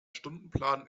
stundenplan